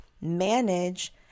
manage